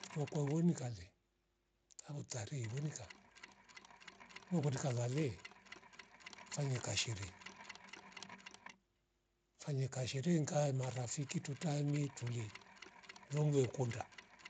Firwa kwa wonikale kaautare iwonika imukindika lale fanya kashire fanya kashirie ngae marafiki tutae me tule uvlamlo kunda